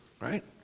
Right